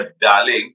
darling